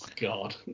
god